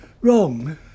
wrong